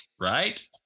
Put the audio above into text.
right